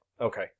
Okay